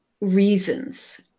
reasons